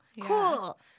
Cool